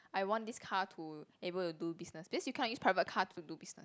I want this car to able to do business because you can use private car to do business